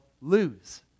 lose